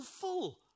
full